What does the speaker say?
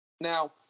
Now